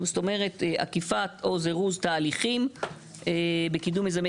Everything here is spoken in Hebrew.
זאת אומרת "עקיפה או זירוז תהליכים בקידום מיזמי